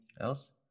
else